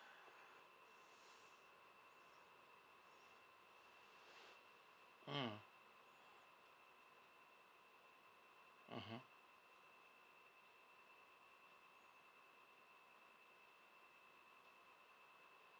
mm mmhmm